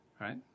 right